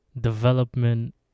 development